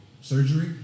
Surgery